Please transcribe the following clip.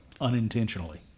unintentionally